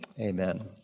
Amen